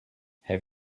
have